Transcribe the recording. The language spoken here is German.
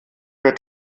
wird